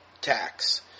Tax